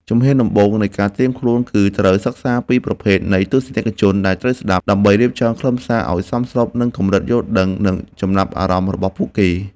ជំហានដំបូងនៃការត្រៀមខ្លួន គឺត្រូវសិក្សាពីប្រភេទនៃទស្សនិកជនដែលត្រូវស្ដាប់ ដើម្បីរៀបចំខ្លឹមសារឱ្យសមស្របនឹងកម្រិតយល់ដឹង និងចំណាប់អារម្មណ៍របស់ពួកគេ។